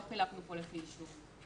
לא חילקנו פה לפי יישוב.